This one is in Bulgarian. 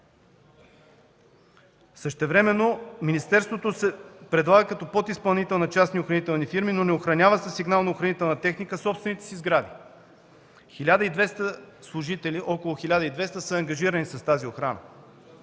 Същевременно министерството се предлага като подизпълнител на частни охранителни фирми, но не охранява със сигнално-охранителна техника собствените си сгради. Около 1200 служители са ангажирани с тази охрана.